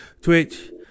Twitch